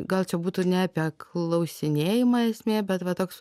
gal čia būtų ne apie klausinėjimą esmė bet va toks